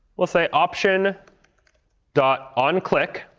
we'll say, option dot on click,